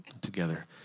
together